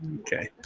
Okay